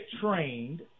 trained